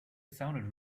sounded